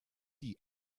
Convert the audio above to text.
die